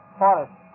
forest